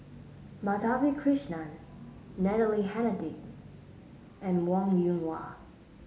Madhavi Krishnan Natalie Hennedige and Wong Yoon Wah